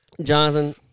Jonathan